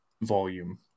volume